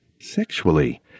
sexually